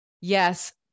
Yes